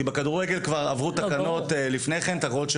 כי בכדורגל כבר עברו תקנות של UEFA,